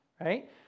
right